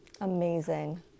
Amazing